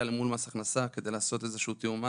מול מס הכנסה כדי לעשות איזשהו תיאום מס,